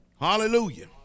hallelujah